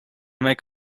make